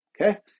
okay